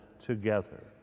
together